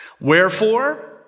Wherefore